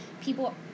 people